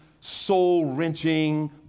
soul-wrenching